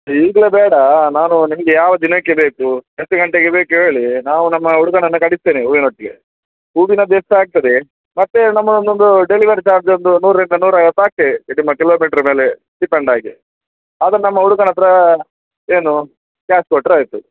ಈಗಲೇ ಬೇಡ ನಾನು ನಿಮಗೆ ಯಾವ ದಿನಕ್ಕೆ ಬೇಕು ಎಷ್ಟು ಗಂಟೆಗೆ ಬೇಕು ಹೇಳಿ ನಾವು ನಮ್ಮ ಹುಡುಗನನ್ನ ಕಳಿಸ್ತೇನೆ ಹೂವಿನೊಟ್ಟಿಗೆ ಹೂವಿನದ್ದು ಎಷ್ಟು ಆಗ್ತದೆ ಮತ್ತು ನಮ್ಮದೊಂದು ಒಂದು ಡೆಲಿವರಿ ಚಾರ್ಜ್ ಒಂದು ನೂರರಿಂದ ನೂರು ಐವತ್ತು ಆಗ್ತದೆ ಕಿಲೋಮೀಟ್ರ್ ಮೇಲೆ ಡಿಪೆಂಡಾಗಿ ಅದು ನಮ್ಮ ಹುಡುಗನ ಹತ್ರ ಏನು ಕ್ಯಾಶ್ ಕೊಟ್ರೆ ಆಯಿತು